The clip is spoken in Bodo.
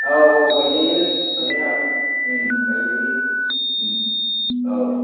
औ औ गायजायो हालदैया गायजायो औ